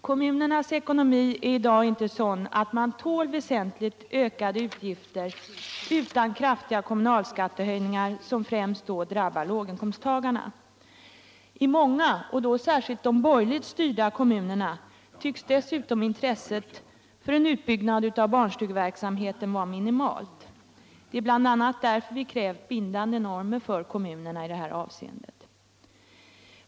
Kommunernas ekonomi är i dag inte sådan att de tål väsentligt ökade utgifter utan kraftiga kommunalskattehöjningar, som då främst drabbar låginkomsttagarna. I många kommuner, särskilt i de borgerligt styrda, tycks dessutom intresset för en utbyggnad av barnstugeverksamheten vara minimalt. Det är bl.a. därför som vi har krävt bindande normer för kommunerna i det avseendet.